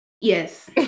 yes